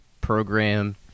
program